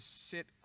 sit